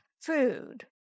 food